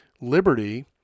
liberty